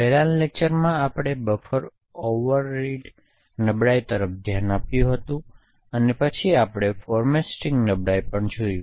પહેલાનાં લેક્ચર્સમાં આપણે બફર ઓવર્રેડ નબળાઈઓ તરફ ધ્યાન આપ્યું હતું અને પછી આપણે ફોર્મેટ સ્ટ્રિંગ નબળાઈઓ પણ જોયું